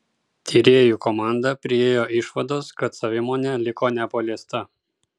tyrėjų komanda priėjo išvados kad savimonė liko nepaliesta